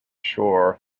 shore